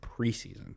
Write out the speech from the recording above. preseason